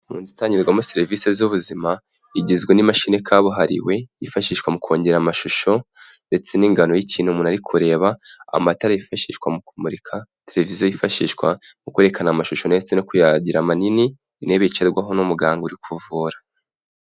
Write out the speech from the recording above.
Mu nzu itangirwamo serivisi z'ubuzima, igizwe n'imashini kabuhariwe, yifashishwa mu kongera amashusho ndetse n'ingano y'ikintu umuntu ari kureba, amatara yifashishwa mu kumurika, televiziyo yifashishwa mu kwerekana amashusho ndetse no kuyagira manini, intebe yicarwaho n'umuganga uri kuvura.